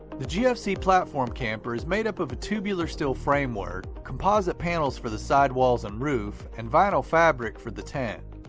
the gfc platform camper is made up of a tubular steel frame work, composite panels for the side walls and roof, and vinyl fabric for the tent.